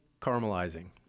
caramelizing